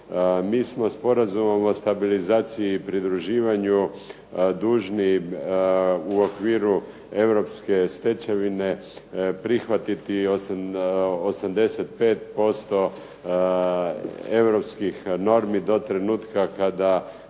MI smo Sporazumom o stabilizaciji i pridruživanju dužni u okviru Europske stečevine prihvatiti 85% Europskih normi do trenutka kada